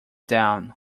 down